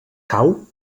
cau